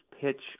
pitch